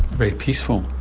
very peaceful?